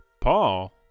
Paul